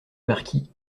marquis